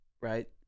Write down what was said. right